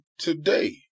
today